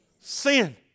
sin